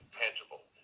tangible